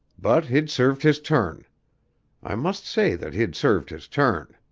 but he'd served his turn i must say that he'd served his turn.